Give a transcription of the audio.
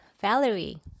Valerie